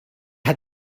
hat